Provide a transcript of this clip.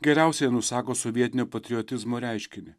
geriausiai nusako sovietinio patriotizmo reiškinį